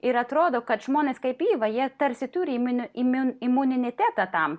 ir atrodo kad žmonės kaip iva jie tarsi turi įmini imunitetą tam